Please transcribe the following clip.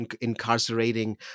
incarcerating